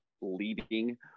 leading